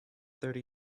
thirty